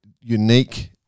unique